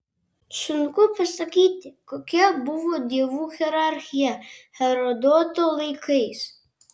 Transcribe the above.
sunku pasakyti kokia buvo dievų hierarchija herodoto laikais